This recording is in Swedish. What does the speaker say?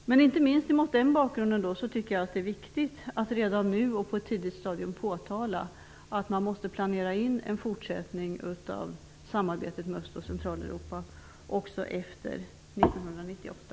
Men inte minst mot den bakgrunden tycker jag att det är viktigt att redan nu och på ett tidigt stadium påtala att man måste planera in en fortsättning av samarbetet med Öst och Centraleuropa också efter 1998.